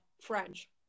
French